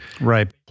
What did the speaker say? Right